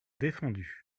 défendus